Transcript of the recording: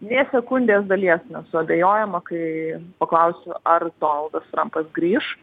nė sekundės dalies nesuabejojama kai paklausiu ar donaldas trampas grįš